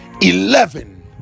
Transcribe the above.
eleven